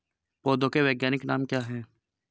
पौधों के वैज्ञानिक नाम क्या हैं?